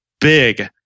big